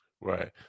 right